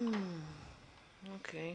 בסדר.